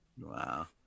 Wow